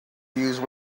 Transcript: use